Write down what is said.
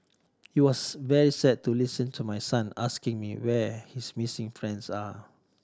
it was very sad to listen to my son asking me where his missing friends are